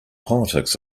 politics